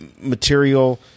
material